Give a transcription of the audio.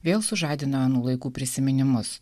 vėl sužadina anų laikų prisiminimus